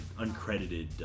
Uncredited